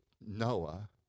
Noah